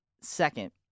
second